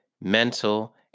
mental